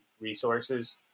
resources